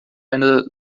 eine